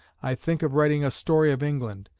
i think of writing a story of england,